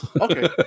Okay